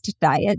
diet